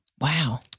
Wow